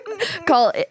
Call